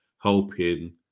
helping